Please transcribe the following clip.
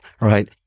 right